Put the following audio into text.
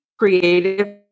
creative